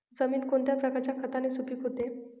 जमीन कोणत्या प्रकारच्या खताने सुपिक होते?